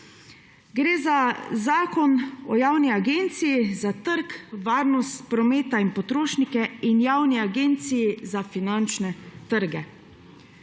Gre za zakon o javni agenciji za trg, varnost prometa in potrošnike in javni agenciji za finančne trge.